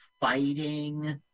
fighting